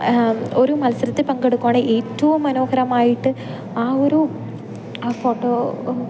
ഒരു മത്സരത്തിൽ പങ്കെടുക്കുകയാണെ ഏറ്റവും മനോഹരമായിട്ട് ആ ഒരു ആ ഫോട്ടോ